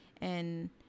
and-